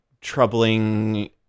troubling